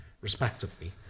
respectively